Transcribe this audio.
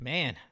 Man